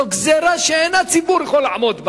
זאת גזירה שאין הציבור יכול לעמוד בה.